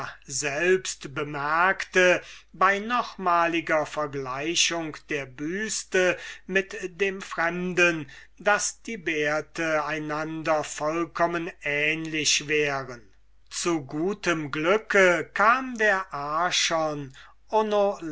selbst bemerkte bei nochmaliger vergleichung der büste mit dem fremden daß die bärte einander vollkommen ähnlich sähen zu gutem glücke kam der archon